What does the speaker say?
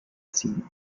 ziehen